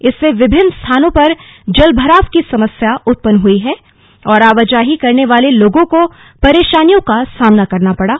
इससे विभिन्न स्थानों पर जलभराव की समस्या उत्पन्न हुई और आवाजाही करने वाले लोगों को परेशानियों का सामना करना पड़ा